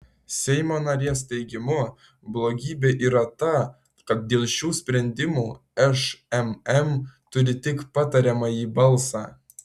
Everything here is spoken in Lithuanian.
seimo narės teigimu blogybė yra ta kad dėl šių sprendimų šmm turi tik patariamąjį balsą